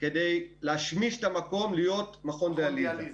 כדי להשמיש את המקום להיות מכון דיאליזה.